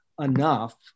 enough